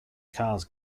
cars